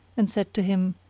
and said to him,